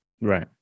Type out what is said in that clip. right